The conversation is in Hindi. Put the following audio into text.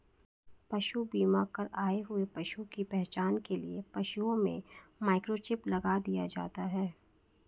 पशु बीमा कर आए हुए पशु की पहचान के लिए पशुओं में माइक्रोचिप लगा दिया जाता है